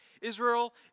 Israel